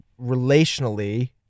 relationally